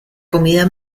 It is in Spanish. comida